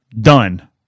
Done